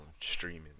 streaming